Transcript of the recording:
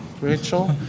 Rachel